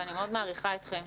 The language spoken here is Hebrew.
ואני מאוד מעריכה אתכם.